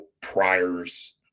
priors